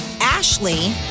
Ashley